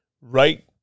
right